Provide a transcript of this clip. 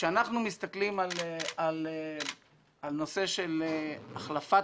כשאנחנו מסתכלים על נושא של החלפת